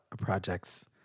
projects